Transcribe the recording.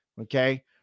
okay